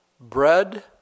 Bread